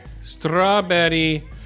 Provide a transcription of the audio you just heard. Strawberry